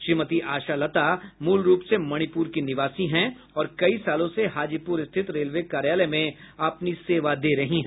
श्रीमती आशा लता मूल रूप से मणिपुर की निवासी है और कई सालों से हाजीपुर स्थित रेलवे कार्यालय में अपनी सेवा दे रही है